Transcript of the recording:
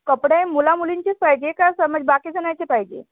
कपडे मुलामुलींचेच पाहिजे का समज बाकी जणांचे पाहिजे